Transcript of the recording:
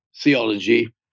theology